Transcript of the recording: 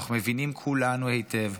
אנחנו מבינים כולנו היטב,